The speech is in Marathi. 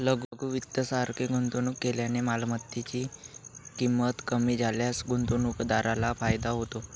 लघु वित्त सारखे गुंतवणूक केल्याने मालमत्तेची ची किंमत कमी झाल्यास गुंतवणूकदाराला फायदा होतो